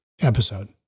episode